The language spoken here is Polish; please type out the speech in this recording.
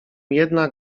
jednak